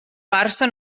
barça